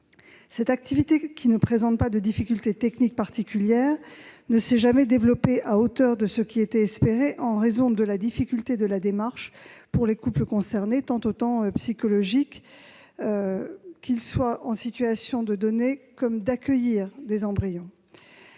Cette dernière, qui ne présente pas de difficultés techniques particulières, ne s'est jamais développée à hauteur des espérances, en raison de la difficulté de la démarche pour les couples concernés, notamment sur le plan psychologique, qu'ils soient en situation de donner ou en situation d'accueillir un embryon.